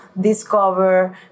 discover